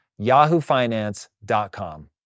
yahoofinance.com